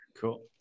Cool